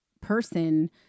person